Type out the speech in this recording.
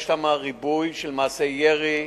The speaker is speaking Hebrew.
יש שם ריבוי של מעשי ירי,